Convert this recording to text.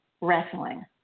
Wrestling